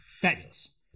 Fabulous